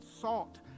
salt